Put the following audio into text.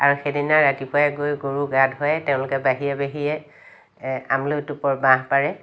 আৰু সেইদিনাই ৰাতিপুৱাই গৈ গৰু গা ধুৱাই তেওঁলোকে বাহিৰে বাহিৰে আমলৈ টোপৰ বাহ পাৰে